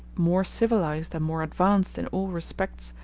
more civilized and more advanced in all respects,